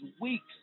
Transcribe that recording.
weeks